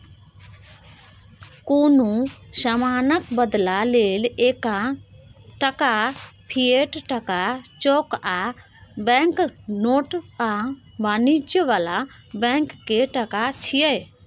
कुनु समानक बदला लेल टका, फिएट टका, चैक आ बैंक नोट आ वाणिज्य बला बैंक के टका छिये